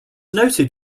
noted